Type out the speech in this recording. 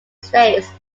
states